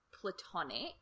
platonic